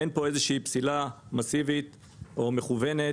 אין פה איזושהי פסילה מסיבית או מכוונת.